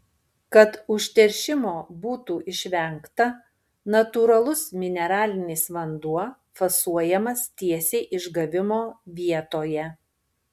kad užteršimo būtų išvengta natūralus mineralinis vanduo fasuojamas tiesiai išgavimo vietoje